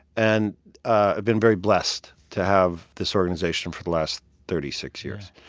and i've been very blessed to have this organization for the last thirty six years.